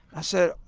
i said,